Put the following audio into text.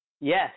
Yes